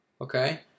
Okay